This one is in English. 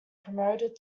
promoted